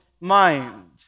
mind